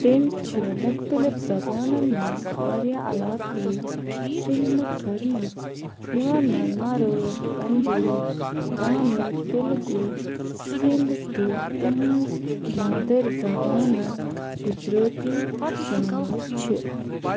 تٔمۍ چھِ مُختلِف زَبانَن منٛز واریاہ علاقٲے فلمہٕ کٔرۍمَژ یِمَن منٛز مرٲٹھۍ پنٛجٲبۍ تامِل تیٚلِگوٗ سِنٛدھ تہٕ تٕہٕنٛز مادَر زَبان گُجرٲتی شٲمِل چھِ